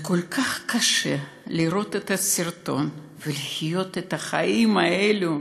זה כל כך קשה לראות את הסרטון ולראות את החיים האלה